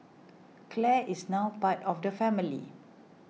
Clare is now part of the family